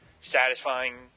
satisfying